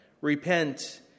Repent